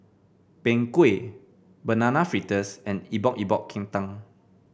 Png Kueh Banana Fritters and Epok Epok Kentang